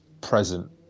present